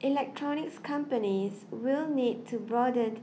electronics companies will need to broaden